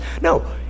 no